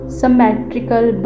symmetrical